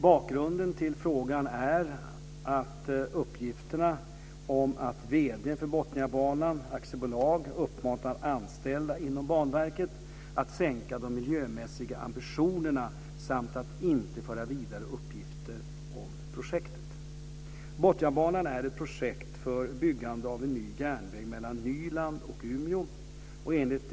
Bakgrunden till frågan är uppgifterna om att vd:n för Botniabanan AB uppmanat anställda inom Banverket att sänka de miljömässiga ambitionerna samt att inte föra vidare uppgifter om projektet.